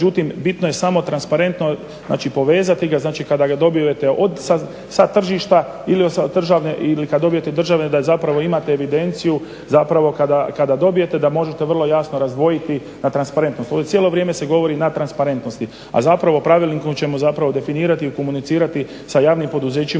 Međutim, bitno je samo transparentno znači povezati ga, znači kada ga dobijete sa tržišta ili sa državne ili kad dobijete državne da zapravo imate evidenciju zapravo kada dobijete da možete vrlo jasno razdvojiti na transparentnost. Ovdje cijelo vrijeme se govori na transparentnosti, a zapravo pravilnikom ćemo zapravo definirati i komunicirati sa javnim poduzećima